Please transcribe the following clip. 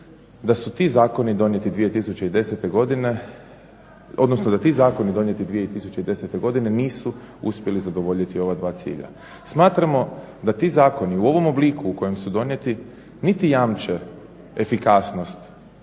da su ti zakoni donijeti 2010. godine, odnosno da ti zakoni donijeti 2010. godine nisu uspjeli zadovoljiti ova dva cilja. Smatramo da ti zakoni u ovom obliku u kojem su donijeti niti jamče efikasnost,